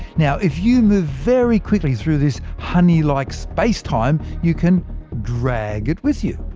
now if you move very quickly through this honey-like space-time, you can drag it with you.